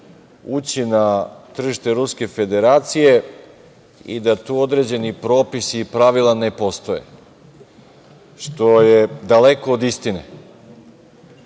ući na tržište Ruske Federacije i da tu određeni propisi i pravila ne postoje što je daleko od istine.